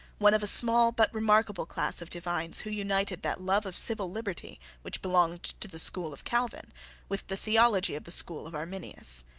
one of a small but remarkable class of divines who united that love of civil liberty which belonged to the school of calvin with the theology of the school of arminius.